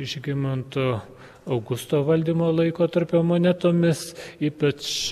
žygimanto augusto valdymo laikotarpio monetomis ypač